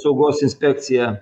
saugos inspekcija